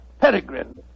Peregrine